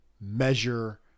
measure